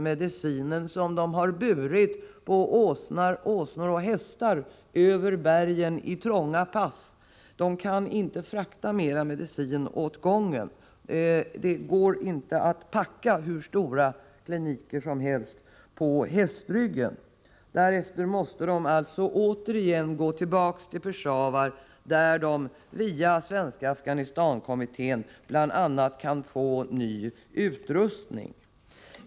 Medicinen, som har burits på åsneoch hästryggar över bergen och genom trånga pass, har tagit slut. Det går inte att packa hur stora kliniker som helst på hästoch åsneryggar. Därefter måste läkarna åter ta sig tillbaka till Peshawar där de via Svenska Afghanistankommittén bl.a. kan få ny utrustning.